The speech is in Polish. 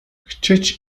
chcieć